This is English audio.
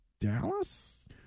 Dallas